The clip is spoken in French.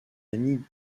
amis